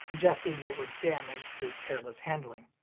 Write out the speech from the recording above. suggesting they were damaged through careless handling.